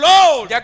Lord